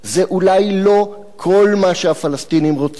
זה אולי לא כל מה שהפלסטינים רוצים.